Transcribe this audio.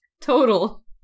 total